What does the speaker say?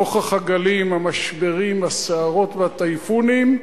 נוכח הגלים, המשברים, הסערות והטייפונים,